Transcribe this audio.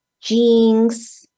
jeans